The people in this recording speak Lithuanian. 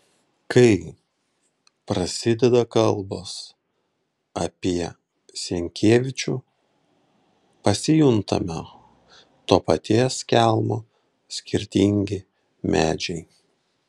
kai prasideda kalbos apie senkievičių pasijuntame to paties kelmo skirtingi medžiai